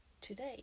today